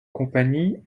compagnie